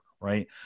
right